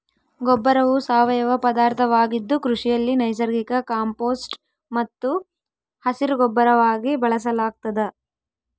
ಗೊಬ್ಬರವು ಸಾವಯವ ಪದಾರ್ಥವಾಗಿದ್ದು ಕೃಷಿಯಲ್ಲಿ ನೈಸರ್ಗಿಕ ಕಾಂಪೋಸ್ಟ್ ಮತ್ತು ಹಸಿರುಗೊಬ್ಬರವಾಗಿ ಬಳಸಲಾಗ್ತದ